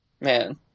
man